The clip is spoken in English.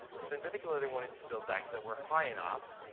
and so in particular, they wanted to build dikes that were high enough,